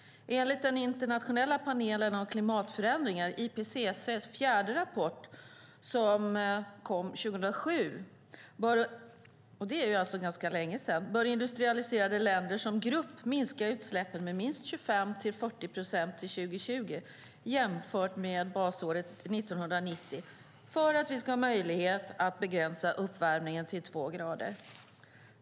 Enligt IPCC:s, den internationella panelen om klimatförändringar, fjärde utvärderingsrapport som kom 2007, vilket är ganska länge sedan, bör industrialiserade länder som grupp minska utsläppen med minst 25-40 procent till 2020 jämfört med basåret 1990 för att vi ska ha möjlighet att begränsa uppvärmningen till två grader.